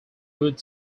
would